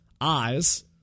eyes